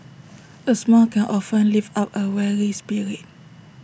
A smile can often lift up A weary spirit